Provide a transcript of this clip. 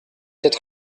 sept